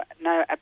no